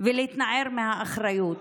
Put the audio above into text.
ולהתנער מהאחריות.